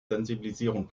sensibilisierung